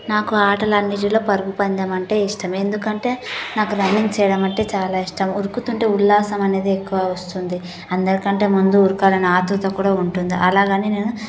నాకు ఆటలు అన్నిటిలో పరుగు పందెం అంటే ఇష్టం ఎందుకంటే నాకు రన్నింగ్ చేయడం అంటే చాలా ఇష్టం ఉరుకుతుంటే ఉల్లాసం అనేది ఎక్కువ వస్తుంది అందరికంటే ముందు ఉరకాలని ఆత్రుత కూడా ఉంటుంది అలాగని నేను